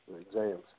exams